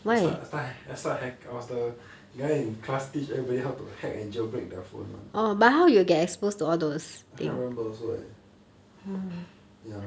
I start I start ha~ I start ha~ hack I was the guy in class teach everybody how to hack and jail break their phone one I can't remember also leh ya